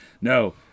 no